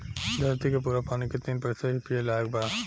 धरती के पूरा पानी के तीन प्रतिशत ही पिए लायक बा